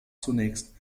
zunächst